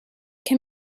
can